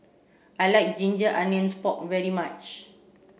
I like ginger onions pork very much